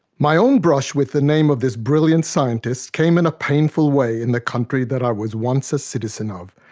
my own brush with the name of this brilliant scientist came in a painful way in the country that i was once a citizen of,